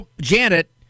Janet